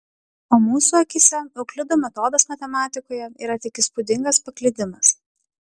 o mūsų akyse euklido metodas matematikoje yra tik įspūdingas paklydimas